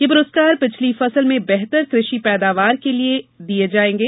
ये पुरस्कार पिछली फसल में बेहतर कृषि पैदावार के लिये दिये जाएंगे